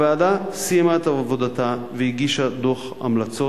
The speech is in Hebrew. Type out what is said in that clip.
הוועדה סיימה את עבודתה והגישה דוח המלצות,